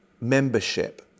membership